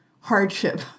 hardship